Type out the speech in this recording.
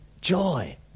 joy